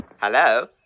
Hello